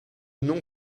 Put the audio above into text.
nom